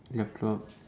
your clock